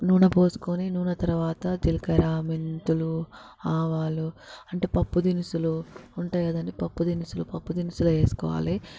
నూనె పోసుకుని నూనె తర్వాత జిలకర మెంతులు ఆవాలు అంటే పప్పు దినుసులు ఉంటాయి కదండి పప్పు దినుసులు పప్పు దినుసులు వేసుకోవాలి